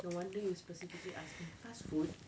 no wonder you specifically ask me fast food